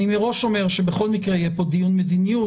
אני מראש אומר שבכל מקרה יהיה פה דיון מדיניות,